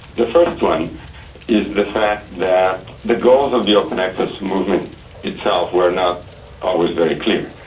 the first one is the fact that the goals of the open access movement itself were not always very clear,